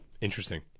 Interesting